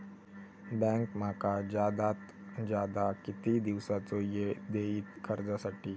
Bank माका जादात जादा किती दिवसाचो येळ देयीत कर्जासाठी?